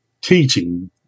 teaching